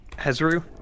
Hezru